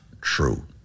true